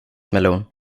melon